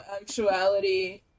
actuality